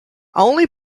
only